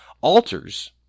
altars